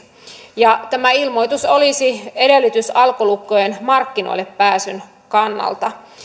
ja tämä ilmoitus olisi edellytys alkolukkojen markkinoillepääsyn kannalta